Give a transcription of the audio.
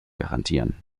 garantieren